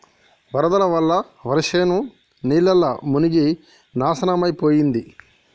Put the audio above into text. వరదల వల్ల వరిశేను నీళ్లల్ల మునిగి నాశనమైపోయింది